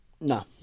no